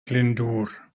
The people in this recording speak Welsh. glyndŵr